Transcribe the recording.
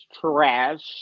trash